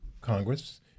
Congress